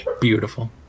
Beautiful